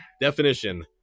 Definition